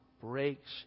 breaks